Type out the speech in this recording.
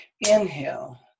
Inhale